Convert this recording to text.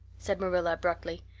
said marilla abruptly,